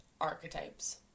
archetypes